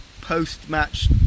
post-match